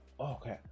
okay